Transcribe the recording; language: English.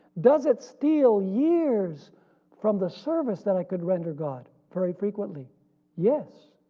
does it steal years from the service that i could render god? very frequently yes.